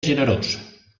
generós